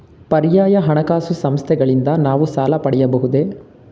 ಪರ್ಯಾಯ ಹಣಕಾಸು ಸಂಸ್ಥೆಗಳಿಂದ ನಾವು ಸಾಲ ಪಡೆಯಬಹುದೇ?